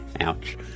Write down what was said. Ouch